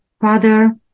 Father